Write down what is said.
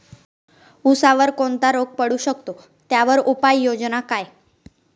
ऊसावर कोणता रोग पडू शकतो, त्यावर उपाययोजना काय?